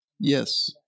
Yes